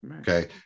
okay